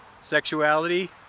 sexuality